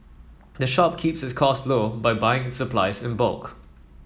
the shop keeps its costs low by buying its supplies in bulk